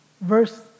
Verse